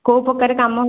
କେଉଁ ପ୍ରକାର କାମ